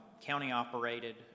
county-operated